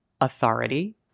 authority